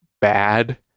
bad